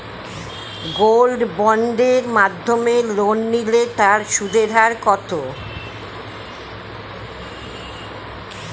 Gold বন্ডের মাধ্যমে loan নিলে তার সুদের হার কত?